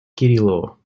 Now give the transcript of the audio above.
кириллову